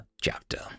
chapter